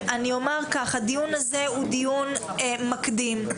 הדיון הזה הוא דיון מקדים.